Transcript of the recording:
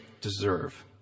deserve